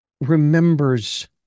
remembers